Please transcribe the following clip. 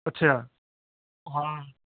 ਅੱਛਾ ਉਹ ਹਾਂ